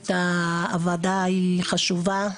הועדה היא חשובה.